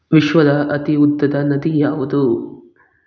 ವಿಶ್ವದ ಅತಿ ಉದ್ದದ ನದಿ ಯಾವುದು